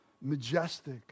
majestic